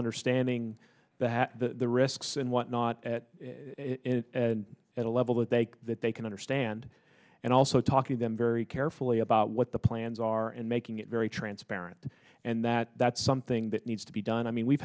understanding that the risks and what not at a level that they that they can understand and also talking them very carefully about what the plans are and making it very transparent and that that's something that needs to be done i mean we've